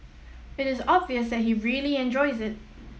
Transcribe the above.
it is obvious that he really enjoys it